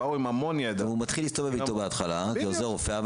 באו עם המון ידע -- והוא מתחיל להסתובב איתו בהתחלה כעוזר רופא,